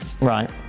Right